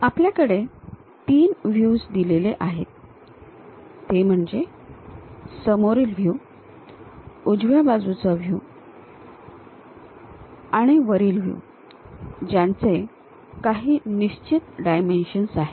आपल्याकडे तीन व्ह्यूज दिले गेले आहेत ते म्हणजे समोरील व्ह्यू उजव्या बाजूचा व्ह्यू आणि वरील व्ह्यू ज्यांचे काही निश्चित डायमेन्शन्स आहेत